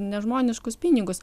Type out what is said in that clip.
nežmoniškus pinigus